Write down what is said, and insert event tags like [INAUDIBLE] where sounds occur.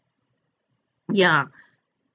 ya [BREATH]